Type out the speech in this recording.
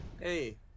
Hey